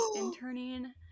interning